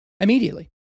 Immediately